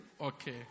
okay